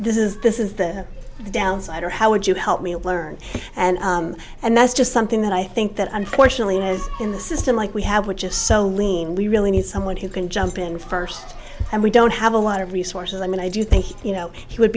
this is this is the downside or how would you help me learn and and that's just something that i think that unfortunately is in the system like we have which is so lean we really need someone who can jump in first and we don't have a lot of resources i mean i do think you know he would